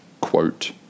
quote